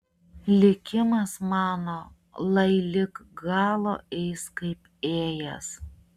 likimas mano lai lig galo eis kaip ėjęs